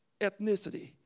ethnicity